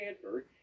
Stanford